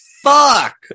Fuck